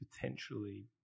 potentially